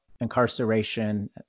incarceration